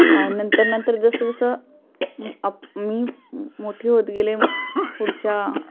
नंतर नंतर जसंजसं अप मी मोठी होत गेले पुढच्या